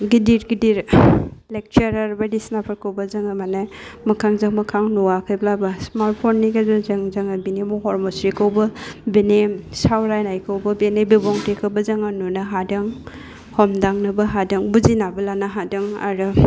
गिदिर गिदिर लेकचारार बायदिसिनाफोरखौबो जोङो माने मोखांजों मोखां नुवाखैब्लाबो स्मार्ट फननि गेजेरजों जोङो बेनि महर मुस्रिखौबो बिनि सावरायनायखौबो बिनि बिबुंथिखौबो जोङो नुनो हादों हमदांनोबो हादों बुजिनानो लानो हादों आरो